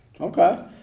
Okay